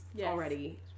already